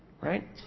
Right